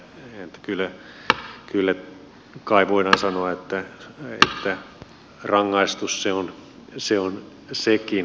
kyllä kai voidaan sanoa että rangaistus se on sekin